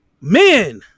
Men